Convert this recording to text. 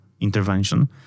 intervention